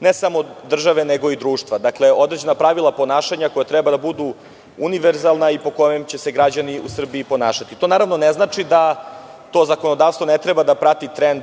ne samo od države nego i društva. Dakle, određena pravila ponašanja koja treba da budu univerzalna i po kojima će se građani u Srbiji ponašati. To naravno ne znači da to zakonodavstvo ne treba da prati trend